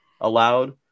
allowed